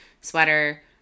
sweater